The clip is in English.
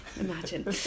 imagine